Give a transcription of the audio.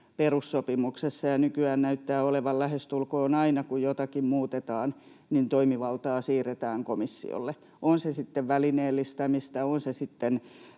perussopimuksessa, ja nykyään näyttää olevan lähestulkoon aina, kun jotakin muutetaan, niin, että toimivaltaa siirretään komissiolle, on se sitten välineellistämistä, on se sitten